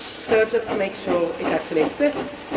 so just make sure it actually exists.